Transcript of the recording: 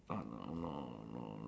uh no no no